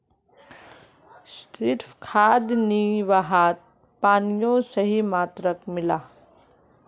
सिर्फ खाद नी वहात पानियों सही मात्रात मिला